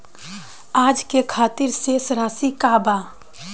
आज के खातिर शेष राशि का बा?